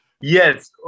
Yes